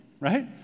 Right